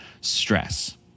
stress